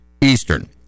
eastern